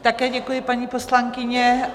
Také děkuji, paní poslankyně.